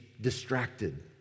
distracted